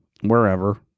wherever